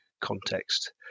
context